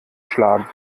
schlagen